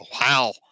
Wow